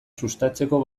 sustatzeko